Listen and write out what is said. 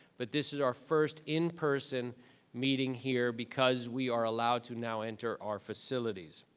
but this is our first in-person meeting here because we are allowed to now enter our facilities.